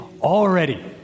already